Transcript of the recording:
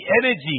energy